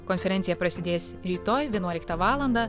konferencija prasidės rytoj vienuoliktą valandą